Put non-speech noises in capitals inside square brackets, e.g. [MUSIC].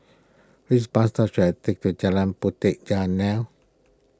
which bus [NOISE] should I take to Jalan Puteh Jerneh